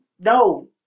no